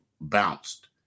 bounced